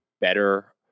better